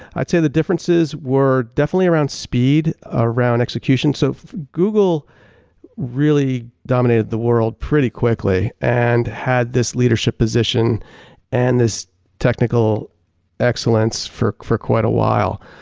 i'd say the differences were definitely around speed, around execution so google really dominated the world pretty quickly and had this leadership position and its technical excellence for for quite a while.